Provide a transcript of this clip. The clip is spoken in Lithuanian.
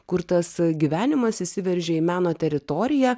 kur tas gyvenimas įsiveržė į meno teritoriją